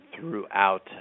throughout